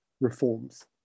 reforms